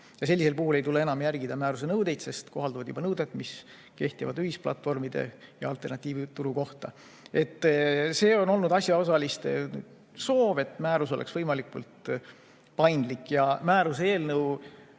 Sellisel puhul ei tule enam järgida määruse nõudeid, sest kohalduvad nõuded, mis kehtivad ühisplatvormide ja alternatiivturu kohta. See on olnud asjaosaliste soov, et määrus oleks võimalikult paindlik. Määruse eelnõu